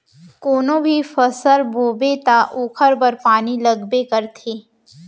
कोनो भी फसल बोबे त ओखर बर पानी लगबे करथे